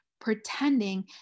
pretending